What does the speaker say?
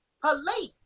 police